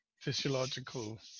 physiological